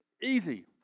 Easy